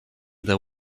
their